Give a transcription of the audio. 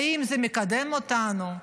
האם זה מקדם אותנו?